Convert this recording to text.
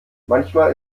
manchmal